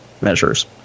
measures